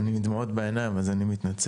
אני עם דמעות בעיניים אז אני מתנצל.